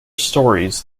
stories